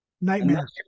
nightmare